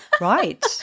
right